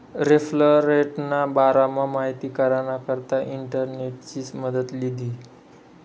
referral रेटना बारामा माहिती कराना करता इंटरनेटनी मदत लीधी